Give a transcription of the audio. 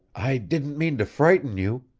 i didn't mean to frighten you,